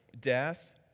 death